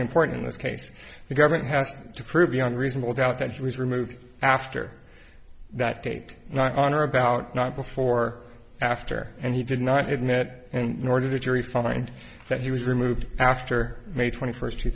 important in this case the government has to prove beyond reasonable doubt that he was removed after that date not on or about not before after and he did not admit and nor did the jury find that he was removed after may twenty first two